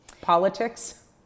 Politics